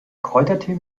kräutertee